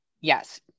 yes